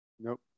Nope